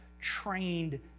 trained